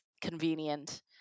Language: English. convenient